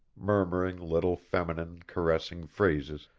murmuring little feminine, caressing phrases,